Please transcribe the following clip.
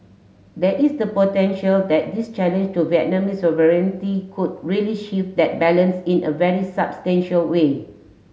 there is the potential that this challenge to Vietnamese sovereignty could really shift that balance in a very substantial way